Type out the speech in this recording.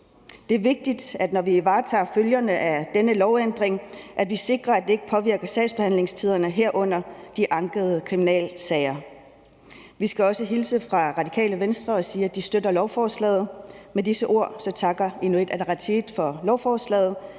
Det er vigtigt, når vi varetager følgerne af denne lovændring, at vi sikrer, at det ikke påvirker sagsbehandlingstiderne, herunder de ankede kriminalsager. Vi skal også hilse fra Radikale Venstre og sige, at de støtter lovforslaget. Med disse ord takker Inuit Ataqatigiit for lovforslaget